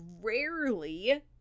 rarely